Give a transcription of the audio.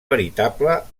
veritable